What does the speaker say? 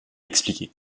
expliqués